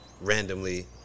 randomly